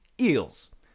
Eels